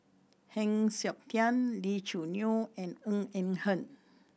Heng Siok Tian Lee Choo Neo and Ng Eng Hen